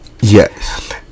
Yes